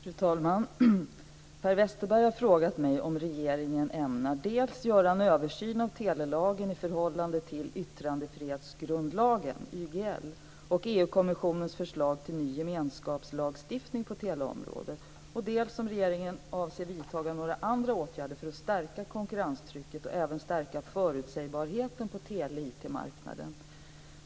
Fru talman! Per Westerberg har frågat mig om regeringen ämnar dels göra en översyn av telelagen i förhållande till yttrandefrihetsgrundlagen, YGL, och EU kommissionens förslag till ny gemenskapslagstiftning på teleområdet, dels vidta några andra åtgärder för att stärka konkurrenstrycket och även stärka förutsägbarheten på tele och IT-marknaden.